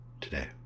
today